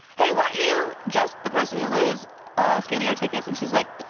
hey, weren't you just the person who was ah scanning our tickets? and she's like,